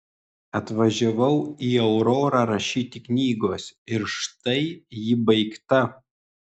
atvažiavau į aurorą rašyti knygos ir štai ji baigta